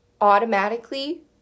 automatically